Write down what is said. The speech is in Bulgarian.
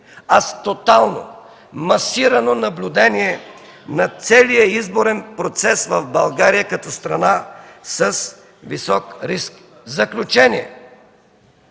а с тотално, масирано наблюдение на целия изборен процес в България като страна с висок риск. В заключение: